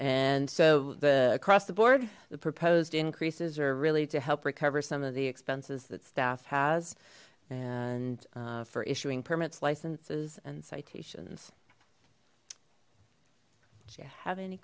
and so the across the board the proposed increases are really to help recover some of the expenses that staff has and for issuing permits licenses and citations